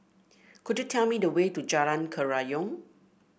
could you tell me the way to Jalan Kerayong